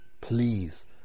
please